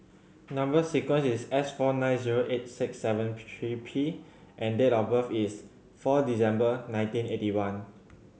number sequence is S four nine zero eight six seven three P and date of birth is four December nineteen eighty one